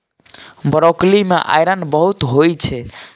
broccoli मे iron बहुत होइ छै